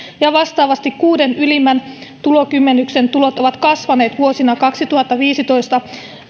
ja vastaavasti kuuden ylimmän tulokymmenyksen tulot ovat kasvaneet vuosina kaksituhattaviisitoista